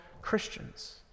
Christians